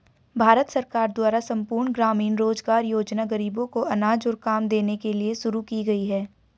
भारत सरकार द्वारा संपूर्ण ग्रामीण रोजगार योजना ग़रीबों को अनाज और काम देने के लिए शुरू की गई है